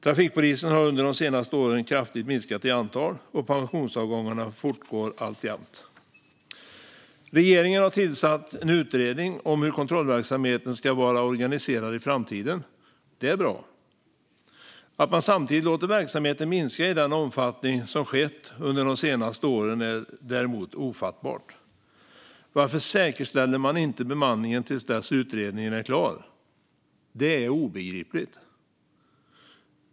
Trafikpolisen har under de senaste åren kraftigt minskat i antal, och pensionsavgångarna fortgår alltjämt. Regeringen har tillsatt en utredning om hur kontrollverksamheten ska vara organiserad i framtiden. Det är bra. Att man samtidigt låter verksamheten minska i den omfattning som skett under de senaste åren är däremot ofattbart. Varför säkerställer man inte bemanningen till dess att utredningen är klar? Det är obegripligt.